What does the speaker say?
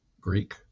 Greek